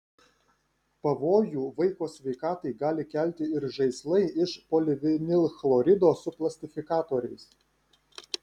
pavojų vaiko sveikatai gali kelti ir žaislai iš polivinilchlorido su plastifikatoriais